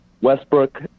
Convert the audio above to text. Westbrook